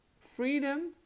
freedom